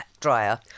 dryer